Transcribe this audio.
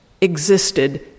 existed